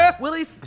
Willie